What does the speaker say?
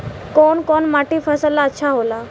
कौन कौनमाटी फसल ला अच्छा होला?